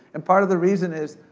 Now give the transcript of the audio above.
and part of the reason is,